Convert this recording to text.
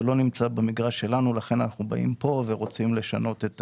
זה לא נמצא במגרש שלנו ולכן אנחנו באים לכאן ורוצים לשנות.